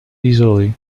easily